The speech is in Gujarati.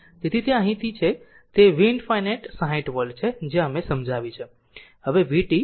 તેથી તે અહીંથી છે તે v ∞ 60 વોલ્ટ છે જે અમે સમજાવી